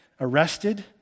arrested